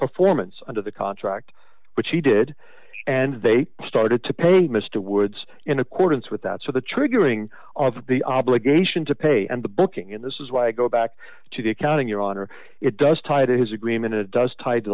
performance under the contract which he did and they started to pay mr woods in accordance with that so the triggering of the obligation to pay and the booking in this is why go back to the accounting your honor it does tie to his agreement it does tie t